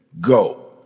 go